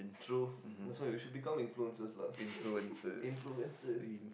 true so you should become influencers lah influencers